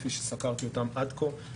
כפי שסקרתי אותן עד כה.